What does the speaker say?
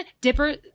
Dipper